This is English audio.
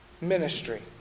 ministry